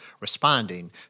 responding